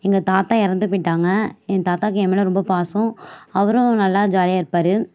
எங்கள் தாத்தா இறந்து போயிட்டாங்க என் தாத்தாவுக்கு என் மேலே ரொம்ப பாசம் அவரும் நல்லா ஜாலியாக இருப்பார்